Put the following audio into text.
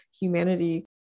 humanity